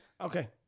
Okay